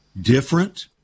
different